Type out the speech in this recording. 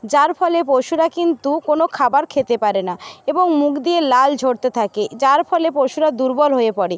যার ফলে পশুরা কিন্তু কোনো খাবার খেতে পারে না এবং মুখ দিয়ে লাল ঝরতে থাকে যার ফলে পশুরা দুর্বল হয়ে পড়ে